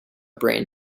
brain